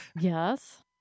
Yes